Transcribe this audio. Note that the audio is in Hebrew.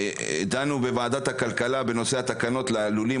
דנו בוועדת הכלכלה בנושא התקנות ללולים